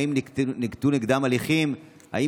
האם